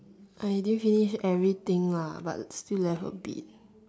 I didn't finish everything lah but still left a bit